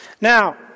Now